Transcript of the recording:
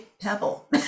pebble